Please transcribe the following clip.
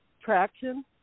traction